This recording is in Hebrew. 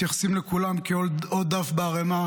מתייחסים לכולם כעוד דף בערימה,